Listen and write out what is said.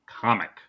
comic